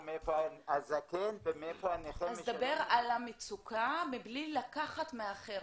דבר על המצוקה מבלי לקחת מהאחר.